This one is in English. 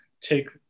take